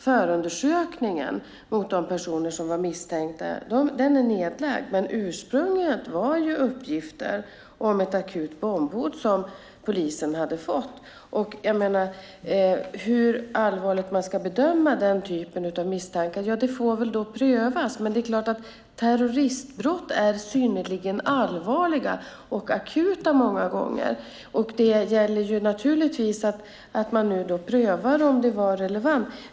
Förundersökningen mot de personer som var misstänkta är nedlagd, men ursprungligen var det uppgifter om ett akut bombhot som polisen hade fått. Hur allvarligt man ska bedöma den typen av misstankar får väl då prövas. Men det är klart att terroristbrott är synnerligen allvarliga och många gånger akuta. Det gäller naturligtvis att man nu prövar om det var relevant.